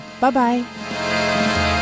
bye-bye